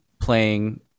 playing